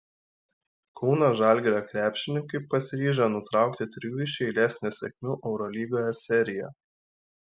kauno žalgirio krepšininkai pasiryžę nutraukti trijų iš eilės nesėkmių eurolygoje seriją